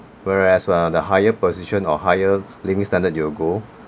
whereas uh the higher position or higher living standard you'll go